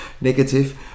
negative